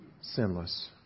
sinless